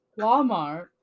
Walmart